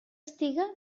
estiga